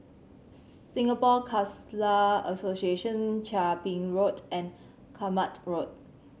Singapore Khalsa Association Chia Ping Road and Kramat Road